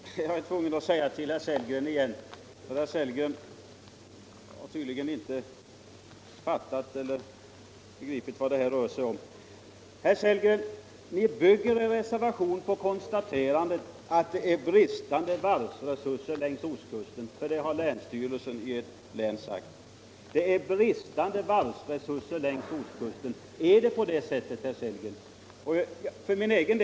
Herr talman! Jag är tvungen att upprepa mig igen därför att herr Sellgren inte har begripit vad det rör sig om. Herr Sellgren! Ni bygger er reservation på konstaterandet att det är bristfälliga varvsresurser längs ostkusten — för det har länsstyrelsen i ert län sagt. Men är det på det sättet, herr Sellgren?